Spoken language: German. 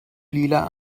lila